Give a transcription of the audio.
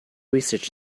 research